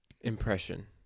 impression